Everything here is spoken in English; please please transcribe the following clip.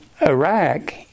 iraq